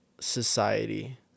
society